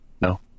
No